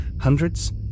Hundreds